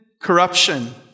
corruption